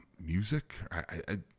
music